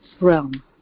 realm